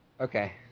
Okay